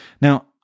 Now